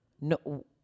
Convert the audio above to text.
no